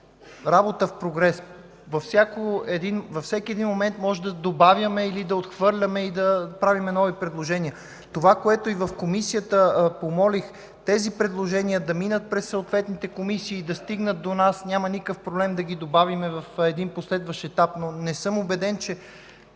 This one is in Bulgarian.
работа в прогрес – във всеки един момент може да добавяме или да отхвърляме и да правим нови предложения. Това, което в Комисията помолих, е тези предложения да минат през съответните комисии, да стигнат до нас – няма никакъв проблем да ги добавим в един последващ етап, но не съм убеден, че